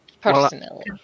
Personally